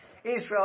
Israel